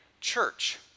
church